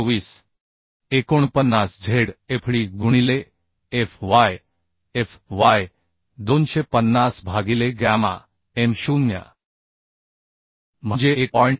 49 Zfd गुणिले fyfy 250 भागिले gamma m0 म्हणजे 1